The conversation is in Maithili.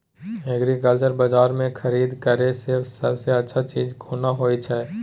एग्रीकल्चर बाजार में खरीद करे से सबसे अच्छा चीज कोन होय छै?